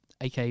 AK